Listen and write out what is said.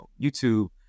YouTube